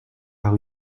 par